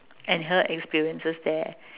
and her experiences there